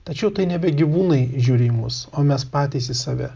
tačiau tai nebe gyvūnai žiūri į mus o mes patys į save